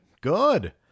Good